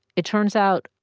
it turns out,